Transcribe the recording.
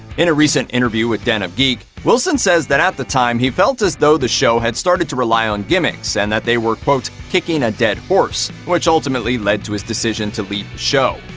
in a recent interview with den of geek, wilson says that at the time he felt as though the show had started to rely on gimmicks, and that they were, quote, kicking a dead horse, which ultimately led to his decision to leave the show.